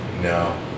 no